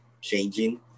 changing